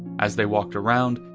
as they walked around,